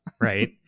Right